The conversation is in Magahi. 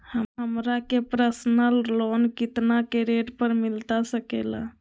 हमरा के पर्सनल लोन कितना के रेट पर मिलता सके ला?